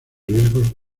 riesgos